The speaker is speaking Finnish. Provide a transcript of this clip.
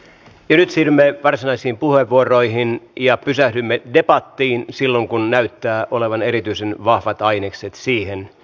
nyt siirrymme varsinaisiin puheenvuoroihin ja pysähdymme debattiin silloin kun näyttää olevan erityisen vahvat ainekset siihen